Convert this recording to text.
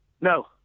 No